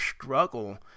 struggle